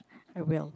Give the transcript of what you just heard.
I will